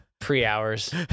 Pre-hours